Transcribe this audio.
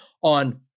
on